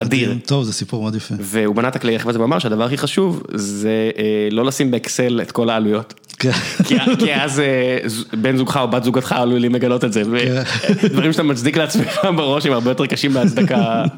אדיר. טוב זה סיפור מאוד יפה. והוא בנה את הכלי ערך הזה והוא אמר שהדבר הכי חשוב זה לא לשים באקסל את כל העלויות. כן. כי אז... כי אז בן זוגך או בת זוגתך עלולים לגלות את זה. כן. דברים שאתה מצדיק לעצמך בראש הם הרבה יותר קשים להצדקה.